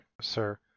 sir